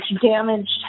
damaged